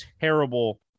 terrible